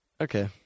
okay